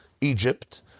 Egypt